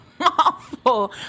awful